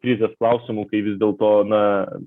krizės klausimu kai vis dėlto na